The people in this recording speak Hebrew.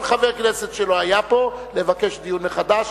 חבר כנסת שלא היה פה לבקש דיון מחדש.